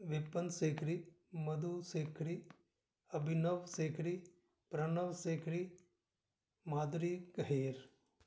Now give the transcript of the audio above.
Vipan Sekhri Madhu Sekhri Abhinav Sekhri Pranav Sekhri Madhuri Kaher